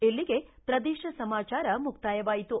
ಇಲ್ಲಿಗೆ ಪ್ರದೇಶ ಸಮಾಚಾರ ಮುಕ್ತಾಯವಾಯಿತು